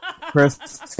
Chris